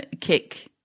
kick